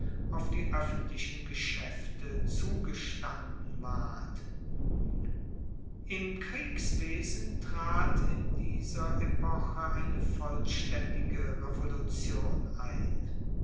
auf die oeffentlichen geschaefte zugestanden ward im kriegswesen trat in dieser epoche eine vollstaendige revolution ein